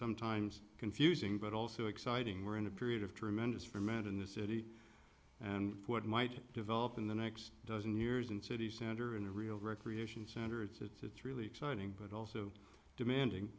sometimes confusing but also exciting we're in a period of tremendous ferment in the city and what might develop in the next dozen years in city center and a real recreation center it's really exciting but also demanding